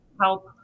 help